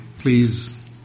please